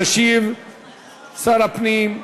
ישיב שר הפנים,